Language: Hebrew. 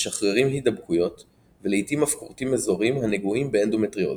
משחררים הידבקויות ולעיתים אף כורתים אזורים הנגועים באנדומטריוזיס.